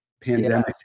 pandemic